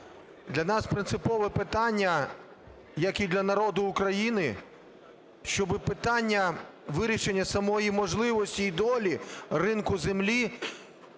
Для нас принципове питання, як і для народу України, щоби питання вирішення самої можливості і долі ринку землі,